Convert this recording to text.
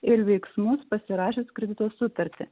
ir veiksmus pasirašius kredito sutartį